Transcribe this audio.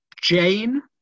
Jane